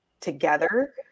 together